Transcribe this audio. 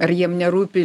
ar jiem nerūpi